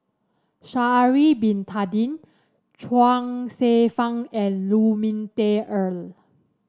Sha'ari Bin Tadin Chuang Hsueh Fang and Lu Ming Teh Earl